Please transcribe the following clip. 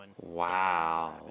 Wow